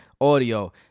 audio